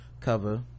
cover